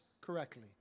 correctly